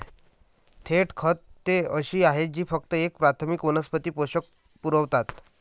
थेट खते अशी आहेत जी फक्त एक प्राथमिक वनस्पती पोषक पुरवतात